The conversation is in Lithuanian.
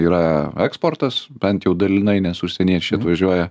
yra eksportas bent jau dalinai nes užsieniečiai atvažiuoja